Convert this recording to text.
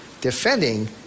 defending